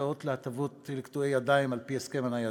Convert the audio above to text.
זכאות להטבות לקטועי ידיים על-פי הסכם הניידות).